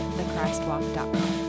thechristwalk.com